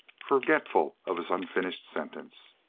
forgetful of his unfinished sentence.